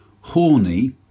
Horny